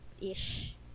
ish